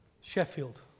Sheffield